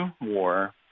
war